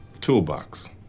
Toolbox